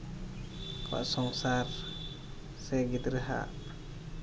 ᱥᱚᱝᱥᱟᱨ ᱥᱮ ᱜᱤᱫᱽᱨᱟᱹᱣᱟᱜ